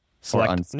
Select